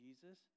Jesus